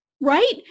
Right